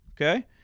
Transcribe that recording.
Okay